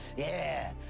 yeah,